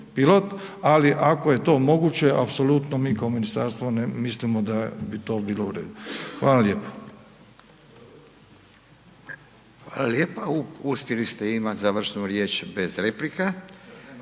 ali ako je to moguće, apsolutno mi kao ministarstvo mislim da bi to bilo u redu. Hvala lijepo. **Radin, Furio (Nezavisni)** Hvala lijepa. Uspjeli ste imat završnu riječ bez replika.